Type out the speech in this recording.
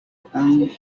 tang